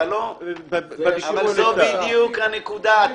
זאת בדיוק הנקודה.